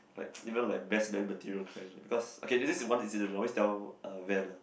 like even like best man material kind because okay this this is one incident always tell uh Van ah